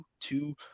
two